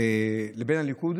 לבין הליכוד